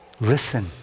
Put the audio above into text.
listen